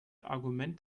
argument